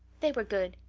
they were good,